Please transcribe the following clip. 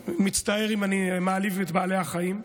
מצטער אם אני מעליב את בעלי החיים,